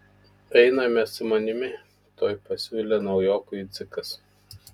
einame su manimi tuoj pasiūlė naujokui dzikas